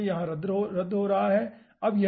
यहाँ रद्द हो रहा है ठीक है